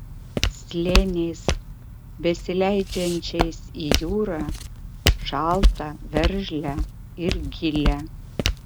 slėniais besileidžiančiais į jūrą šaltą veržlią ir gilią